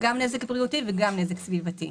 גם נזק בריאותי וגם נזק סביבתי.